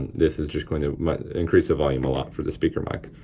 this is just going to increase the volume a lot for the speaker mic.